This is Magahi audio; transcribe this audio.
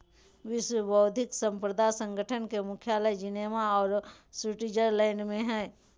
विश्व बौद्धिक संपदा संगठन के मुख्यालय जिनेवा औरो स्विटजरलैंड में हइ